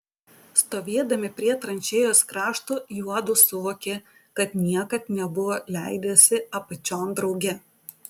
stovėdami prie tranšėjos krašto juodu suvokė kad niekad nebuvo leidęsi apačion drauge